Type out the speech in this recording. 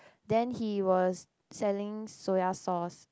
then he was selling soya sauce